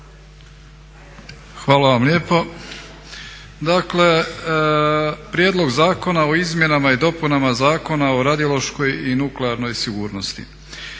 Hvala vam lijepo. Dakle, Prijedlog zakona o izmjenama i dopunama Zakona o radiološkoj i nuklearnoj sigurnosti.